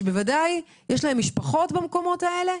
שיש להם בני משפחה במקומות האלה,